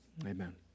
Amen